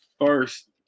first